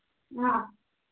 ꯑꯥ